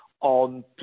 on